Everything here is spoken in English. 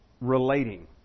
relating